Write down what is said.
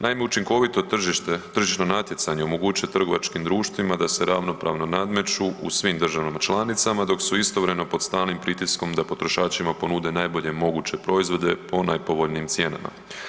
Naime, učinkovito tržišno natjecanje omogućuje trgovačkim društvima da se ravnopravno nadmeću u svim državama članicama, dok su istovremeno pod stalnim pritiskom da potrošačima ponude najbolje moguće proizvode po najpovoljnijim cijenama.